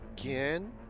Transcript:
again